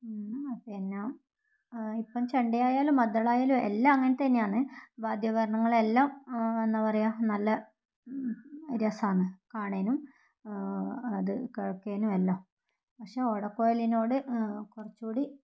പിന്ന ഇപ്പം ചെണ്ടയായാലും മദ്ദളമായാലും എല്ലാം അങ്ങനത്തതുതന്നെയാണ് വാദ്യോപകരണങ്ങൾ എല്ലാം എന്താ പറയുക നല്ല രസമാണ് കാണാനും അത് കേൾക്കാനും എല്ലാം പക്ഷേ ഓടക്കുഴലിനോട് കുറച്ച്കൂടി